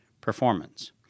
performance